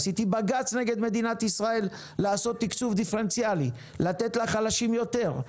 עשיתי בג"צ נגד מדינת ישראל לעשות תקצוב דיפרנציאלי ולתת לחלשים יותר,